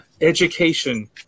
education